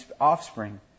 offspring